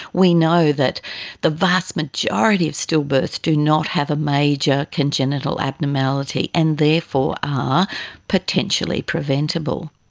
we know that the vast majority of stillbirths do not have a major congenital abnormality, and therefore are potentially preventable.